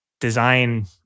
design